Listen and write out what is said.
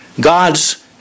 God's